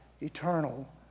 eternal